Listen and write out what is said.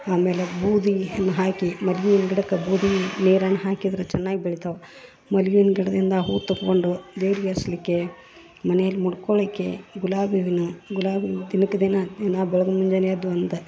ಆಮೇಲೆ ಬೂದಿಯನ್ನ ಹಾಕಿ ಮಲ್ಗಿ ಹೂವಿ ಗಿಡಕ್ಕೆ ಬೂದಿ ನೀರನ ಹಾಕಿದ್ರ ಚೆನ್ನಾಗಿ ಬೆಳಿತವೆ ಮಲ್ಗಿ ಹೂವಿನ ಗಿಡದಿಂದ ಹೂ ತುಕೊಂಡು ದೇವ್ರಿಗೆ ಏರಿಸಲಿಕ್ಕೆ ಮನೇಲೆ ಮುಡ್ಕೊಳಿಕ್ಕೆ ಗುಲಾಬಿ ಹೂವಿನ ಗುಲಾಬಿ ಹೂ ದಿನಕ್ಕೆ ದಿನ ದಿನ ಬೆಳ್ಗು ಮುಂಜಾನೆ ಎದ್ದು ಒಂದ